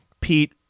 Pete